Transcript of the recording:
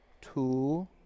Two